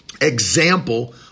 example